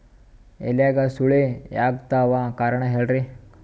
ಎಲ್ಯಾಗ ಸುಳಿ ಯಾಕಾತ್ತಾವ ಕಾರಣ ಹೇಳ್ರಿ?